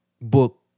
Book